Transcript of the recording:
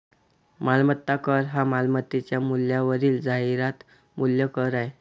मालमत्ता कर हा मालमत्तेच्या मूल्यावरील जाहिरात मूल्य कर आहे